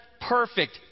perfect